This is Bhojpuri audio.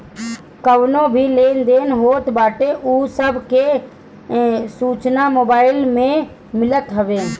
कवनो भी लेन देन होत बाटे उ सब के सूचना मोबाईल में मिलत हवे